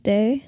Day